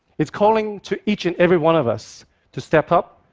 it's calling to each and every one of us to step up,